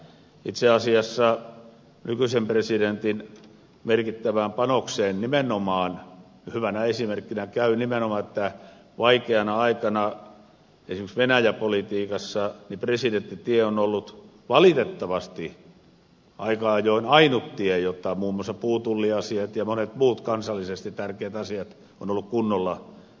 itse asiassa nykyisen presidentin merkittävästä panoksesta nimenomaan hyvä esimerkki on se että vaikeana aikana esimerkiksi venäjä politiikassa presidenttitie on ollut valitettavasti aika ajoin ainut tie jotta muun muassa puutulliasiat ja monet muut kansallisesti tärkeät asiat ovat olleet kunnolla keskustelupöydässä